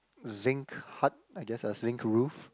zinc hut I guess a zinc roof